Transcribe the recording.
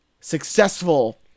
successful